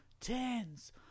tens